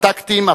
הטקטיים,